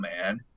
man